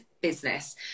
business